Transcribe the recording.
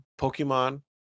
Pokemon